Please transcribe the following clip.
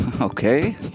Okay